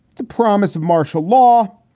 the promise of martial law.